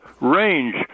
range